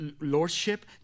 lordship